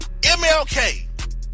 MLK